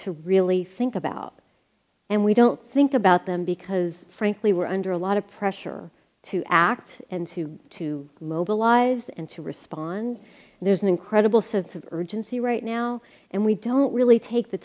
to really think about and we don't think about them because frankly we're under a lot of pressure to act and to to mobilize and to respond there's an incredible sense of urgency right now and we don't really take the